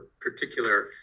particular